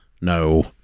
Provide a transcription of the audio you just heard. no